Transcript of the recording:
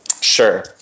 Sure